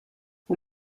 hoe